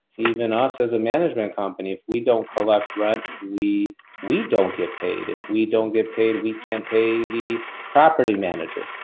even us as a management company? if we don't collect rent, we we don't get paid. if we don't get paid, we can't pay the property manager,